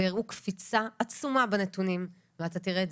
והראו קפיצה עצומה בנתונים ואתה תראה את